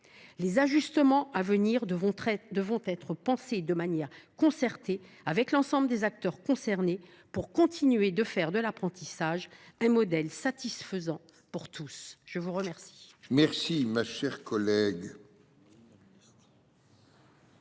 Les ajustements à venir devront être pensés de manière concertée avec l’ensemble des acteurs concernés pour continuer de faire de l’apprentissage un modèle satisfaisant pour tous. La parole